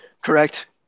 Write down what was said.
correct